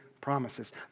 promises